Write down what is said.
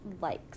likes